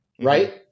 right